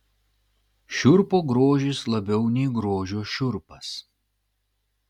šiurpo grožis labiau nei grožio šiurpas